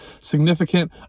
significant